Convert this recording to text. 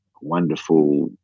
wonderful